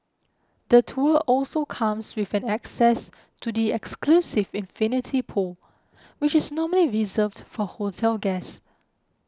the tour also comes with an access to the exclusive infinity pool which is normally reserved for hotel guests